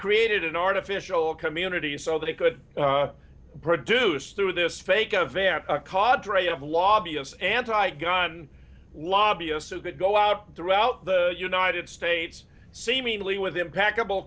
created an artificial community so they could produce through this fake a van qadri of lobbyist anti gun lobbyist is that go out throughout the united states seemingly with impeccable